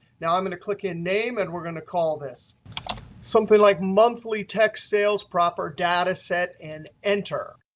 now, i'm going to click in name, and we're going to call this something like monthly text sales proper data set, and enter.